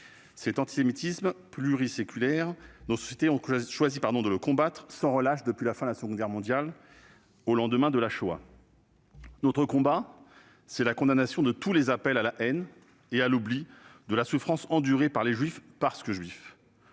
Cet antisémitisme pluriséculaire, nos sociétés ont choisi de le combattre sans relâche depuis la fin de la Seconde Guerre mondiale, au lendemain de la Shoah. Notre combat, c'est la condamnation de tous les appels à la haine et à l'oubli de la souffrance endurée par les juifs parce que juifs.